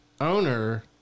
owner